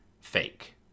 fake